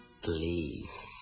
please